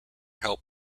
help